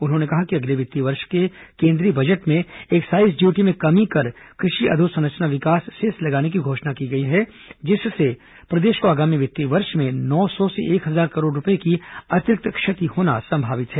उन्होंने कहा कि अगले वित्तीय वर्ष के केंद्रीय बजट में एक्साइज ड्यूटी में कमी कर कृषि अधोसंरचना विकास सेस लगाने की घोषणा की गई है जिससे प्रदेश को आगामी वित्तीय वर्ष में नौ सौ से एक हजार करोड़ रूपये की अतिरिक्त क्षति होना संभावित है